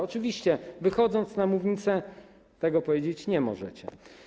Oczywiście wychodząc na mównicę, tego powiedzieć nie możecie.